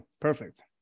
perfect